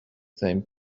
same